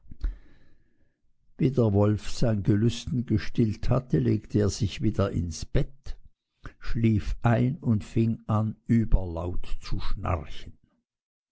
der wolf sein gelüsten gestillt hatte legte er sich wieder ins bett schlief ein und fing an überlaut zu schnarchen